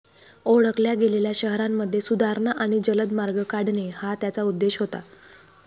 ओळखल्या गेलेल्या शहरांमध्ये सुधारणा आणि जलद मार्ग काढणे हा त्याचा उद्देश होता